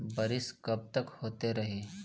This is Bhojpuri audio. बरिस कबतक होते रही?